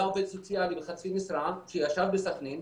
היה עובד סוציאלי בחצי משרה שישב בסכנין,